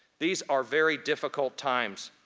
these are very difficult times,